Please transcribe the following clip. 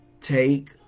take